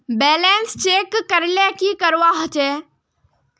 Balance check करले की करवा होचे?